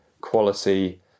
quality